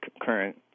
current